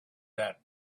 that